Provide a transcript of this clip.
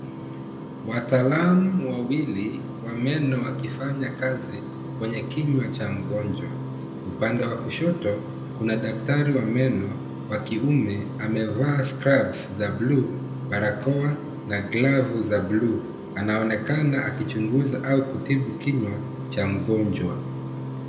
Wataalamu wawili wa meno wakifanya kazi kwenye kinywa cha mgonjwa, upande wa kushoto kuna daktari wa meno wa kiume amevaa scrubs za bluu, barakoa na glavu za bluu, anaonekana akichunguza au kutibu kinywa cha mgonjwa.